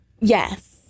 Yes